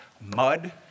Mud